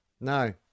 No